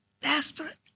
desperate